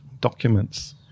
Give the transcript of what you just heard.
documents